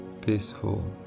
peaceful